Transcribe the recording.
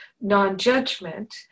non-judgment